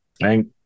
Thank